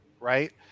Right